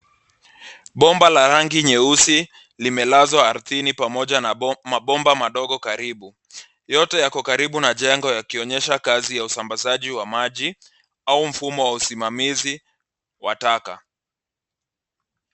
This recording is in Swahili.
Pomba la rangi nyeusi limelaswa aridhini pamoja na mapomba madogo karibu yote yako karibu na jengo yakionyesha kazi ya usambasaji wa maji au mfumo wa usimamisi wa taka.